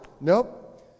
Nope